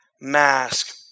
mask